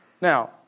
Now